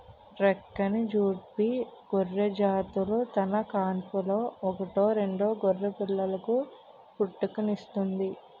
డెక్కాని, జుడిపి గొర్రెజాతులు తన కాన్పులో ఒకటో రెండో గొర్రెపిల్లలకు పుట్టుకనిస్తుంది